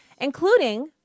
including